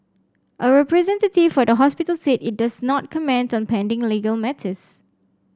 a representative for the hospital said it does not comment on pending legal matters